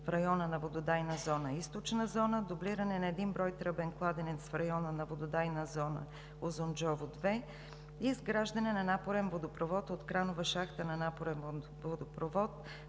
в района на вододайна зона „Източна зона“, дублиране на един брой тръбен кладенец в района на вододайна зона „Узунджово 2“ и изграждане на напорен водопровод от кранова шахта на напорен водопровод